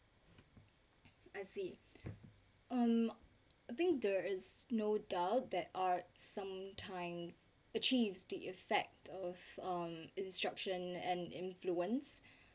I see um I think there is no doubt that art sometimes achieve the effect of um instruction and influence